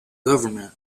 government